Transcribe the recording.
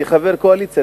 כחבר קואליציה,